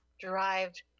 derived